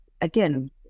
again